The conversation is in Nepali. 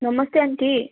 नमस्ते आन्टी